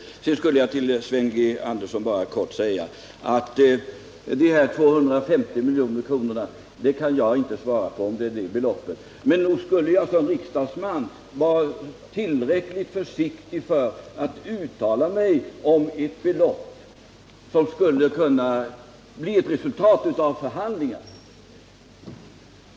Till Sven G. Andersson vill jag bara helt kort säga att jag inte kan svara på om 250 milj.kr. är det korrekta pris som Beijerinvests 15-procentiga andel i Pripps representerar. Men nog skulle jag som riksdagsman vara tillräckligt försiktig med att uttala mig om ett belopp som skulle kunna bli resultatet av förhandlingar.